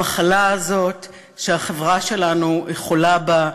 המחלה הזאת שהחברה שלנו חולה בה,